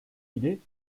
idée